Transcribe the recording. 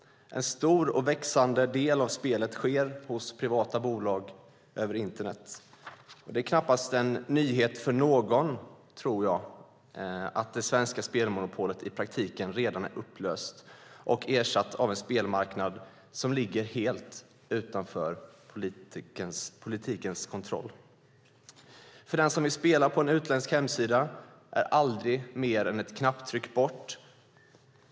En stor och växande del av spelet sker hos privata bolag över internet. Det är knappast en nyhet för någon att det svenska spelmonopolet i praktiken redan är upplöst och ersatt av en spelmarknad som ligger helt utanför politikens kontroll. För den som vill spela på en utländsk hemsida är spelet aldrig mer än ett knapptryck bort.